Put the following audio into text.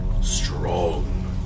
strong